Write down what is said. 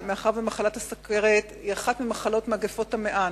מאחר שמחלת הסוכרת היא אחת מ"מגפות המאה".